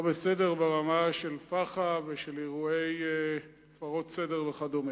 לא בסדר ברמה של פח"ע ושל אירועי הפרות סדר וכדומה.